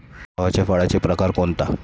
गव्हाच्या फळाचा प्रकार कोणता?